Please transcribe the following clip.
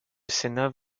sénat